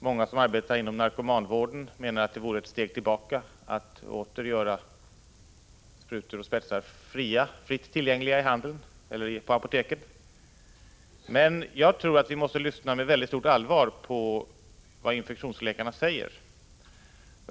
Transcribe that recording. Många som arbetar inom narkomanvården menar att det vore att ta ett steg tillbaka att åter göra sprutor och kanyler fritt tillgängliga på apoteken, men jag tror att vi måste lyssna med stort allvar på vad infektionsläkarna säger.